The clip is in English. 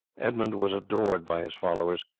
edmund was adored by his followers.